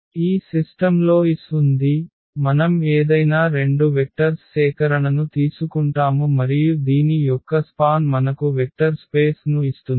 ఈ సిస్టమ్లో S ఉంది మనం ఏదైనా రెండు వెక్టర్స్ సేకరణను తీసుకుంటాము మరియు దీని యొక్క స్పాన్ మనకు వెక్టర్ స్పేస్ ను ఇస్తుంది